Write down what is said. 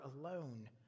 alone